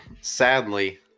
sadly